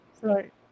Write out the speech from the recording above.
Right